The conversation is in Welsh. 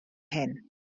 hyn